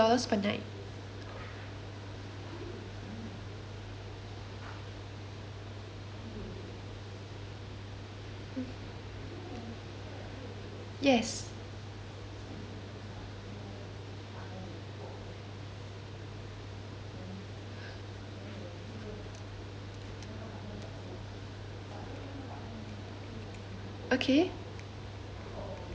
yes okay